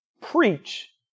preach